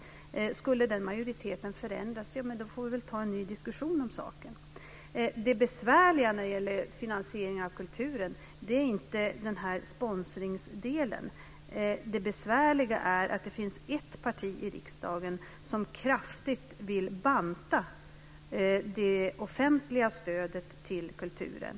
Skulle den majoriteten förändras så får vi väl ta en ny diskussion om saken. Det besvärliga när det gäller finansiering av kulturen är inte sponsringsdelen. Det besvärliga är att det finns ett parti i riksdagen som kraftigt vill banta det offentliga stödet till kulturen.